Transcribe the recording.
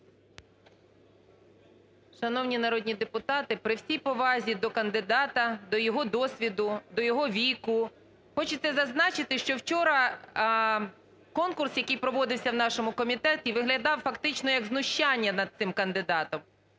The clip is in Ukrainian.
Шановні народні депутати, при всій повазі до кандидата, до його досвіду, до його віку хочеться зазначити, що вчора конкурс, який проводився в нашому комітеті, виглядав фактично як знущання над тим кандидатом.